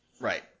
Right